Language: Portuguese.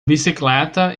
bicicleta